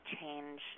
change